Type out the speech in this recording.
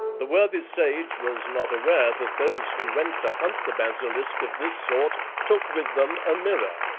the worthy sage was not aware that those who went to hunt the basilisk of this sort took with them a mirror,